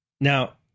Now